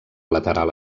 lateral